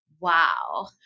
wow